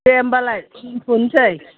दे होनबालाय दोन्थ'नोसै